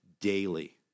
Daily